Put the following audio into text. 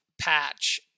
patch